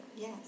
yes